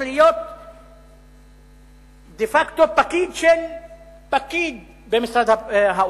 להיות דה-פקטו פקיד של פקיד במשרד האוצר.